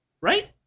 Right